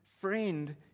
friend